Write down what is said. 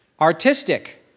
artistic